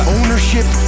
ownership